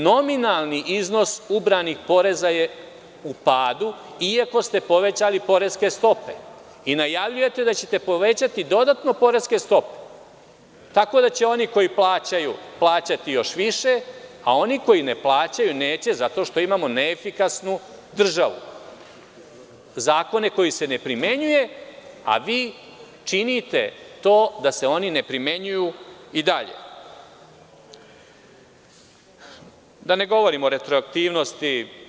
Nominalni iznos ubranih poreza je u padu iako ste povećali poreske stope i najavljujete da ćete povećati dodatno poreske stope, tako da će oni koji plaćaju plaćati još više, a oni koji ne plaćaju neće zato što imamo neefikasnu državu, zakon koji se ne primenjuje a vi činite to da se oni ne primenjuju i dalje, da ne govorim o retroaktivnosti.